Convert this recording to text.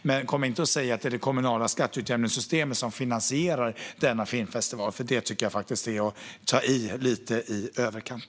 Men kom inte och säg att det är det kommunala skatteutjämningssystemet som finansierar denna filmfestival. Det är faktiskt att ta i lite i överkant.